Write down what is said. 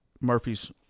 Murphy's